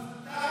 לא.